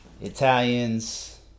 Italians